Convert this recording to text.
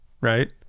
right